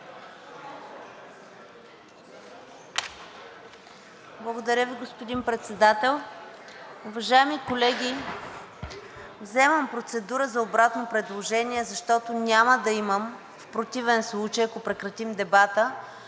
Благодаря Ви, господин Председател. Уважаеми колеги, вземам процедура за обратно предложение, защото в противен случай, ако прекратим дебата,